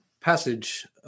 passage